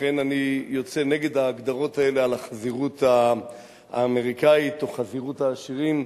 לכן אני יוצא נגד ההגדרות האלה על החזירות האמריקנית או חזירות העשירים.